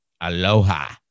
Aloha